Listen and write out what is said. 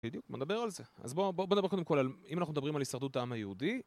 בדיוק מדבר על זה. אז בואו נדבר קודם כל, אם אנחנו מדברים על הישרדות העם היהודי